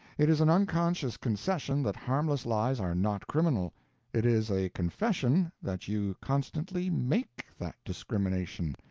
it is an unconscious concession that harmless lies are not criminal it is a confession that you constantly make that discrimination.